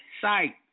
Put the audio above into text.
site